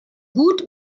gut